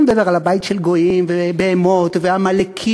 אני מדבר על "בית של גויים", ו"בהמות" ו"עמלקים".